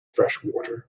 freshwater